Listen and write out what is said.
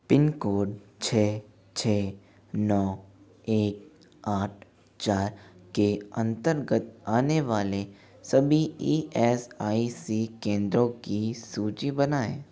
pin code छ छ नौ एक आठ चार के अंतर्गत आने वाले सभी ई एस आई सी केंद्रों की सूची बनाएँ